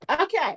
Okay